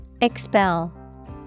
Expel